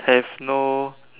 have no